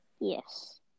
Yes